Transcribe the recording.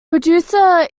producer